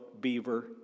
beaver